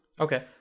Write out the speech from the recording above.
Okay